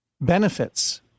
benefits